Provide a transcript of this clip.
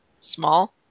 small